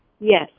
Yes